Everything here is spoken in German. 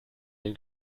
den